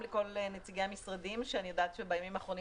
תודה גם לכל נציגי המשרדים שאני יודעת שבימים האחרונים